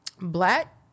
black